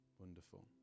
Wonderful